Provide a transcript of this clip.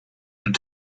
and